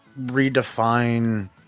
redefine